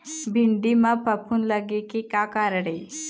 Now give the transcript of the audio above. भिंडी म फफूंद लगे के का कारण ये?